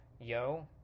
Yo